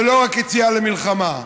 ולא רק יציאה למלחמה.